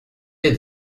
êtes